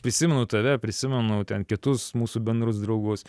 prisimenu tave prisimenu ten kitus mūsų bendrus draugus